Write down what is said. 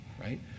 right